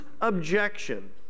objection